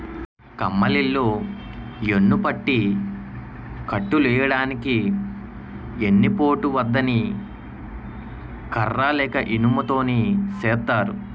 కమ్మలిల్లు యెన్నుపట్టి కట్టులెయ్యడానికి ఎన్ని పోటు బద్ద ని కర్ర లేక ఇనుము తోని సేత్తారు